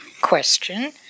question